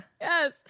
Yes